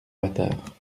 bâtard